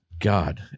God